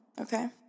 okay